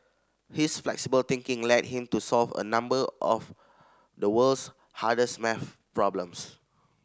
his flexible thinking led him to solve a number of the world's hardest maths problems